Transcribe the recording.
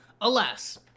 Alas